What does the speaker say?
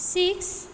six